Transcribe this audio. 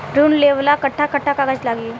ऋण लेवेला कट्ठा कट्ठा कागज लागी?